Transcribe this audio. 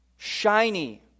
Shiny